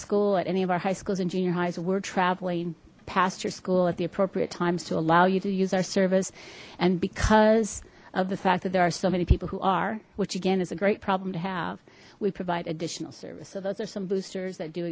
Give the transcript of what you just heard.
school at any of our high schools and junior high's we're traveling past your school at the appropriate times to allow you to use our service and because of the fact that there are so many people who are which again is a great problem to have we provide additional service so those are some boosters